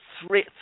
three